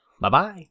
Bye-bye